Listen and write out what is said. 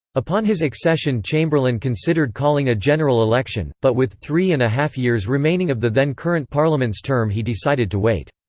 upon his accession chamberlain considered calling a general election, but with three and a half years remaining of the then current parliament's term he decided to wait.